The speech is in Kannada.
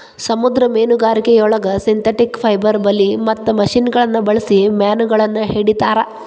ಸಮುದ್ರ ಮೇನುಗಾರಿಕೆಯೊಳಗ ಸಿಂಥೆಟಿಕ್ ಪೈಬರ್ ಬಲಿ ಮತ್ತ ಮಷಿನಗಳನ್ನ ಬಳ್ಸಿ ಮೇನಗಳನ್ನ ಹಿಡೇತಾರ